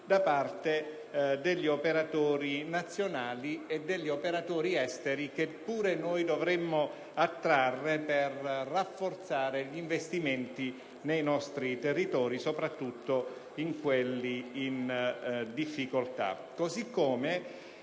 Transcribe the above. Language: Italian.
da parte degli operatori nazionali ed esteri, che pure noi dovremmo attrarre per rafforzare gli investimenti nei nostri territori (soprattutto in quelli in difficoltà).